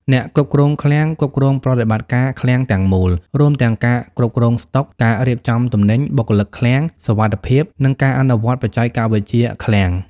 អ្នកគ្រប់គ្រងឃ្លាំង គ្រប់គ្រងប្រតិបត្តិការឃ្លាំងទាំងមូល រួមទាំងការគ្រប់គ្រងស្តុក ការរៀបចំទំនិញ បុគ្គលិកឃ្លាំង សុវត្ថិភាព និងការអនុវត្តបច្ចេកវិទ្យាឃ្លាំង។